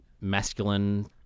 masculine